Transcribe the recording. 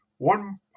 One